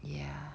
ya